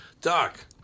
Doc